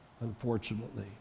unfortunately